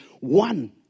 one